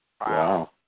Wow